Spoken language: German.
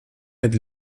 mit